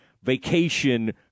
vacation